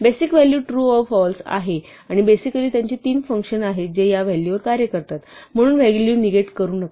basic value true व false आहेत आणि बेसिकली त्यांचे तीन फंक्शन आहेत जे या व्हॅलू वर कार्य करतात म्हणून व्हॅलू निगेट करू नका